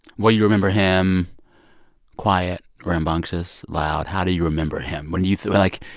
will you remember him quiet, rambunctious, loud? how do you remember him? when you like,